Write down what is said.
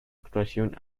actuación